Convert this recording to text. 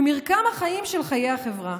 במרקם החיים של חיי החברה".